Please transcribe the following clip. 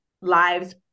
lives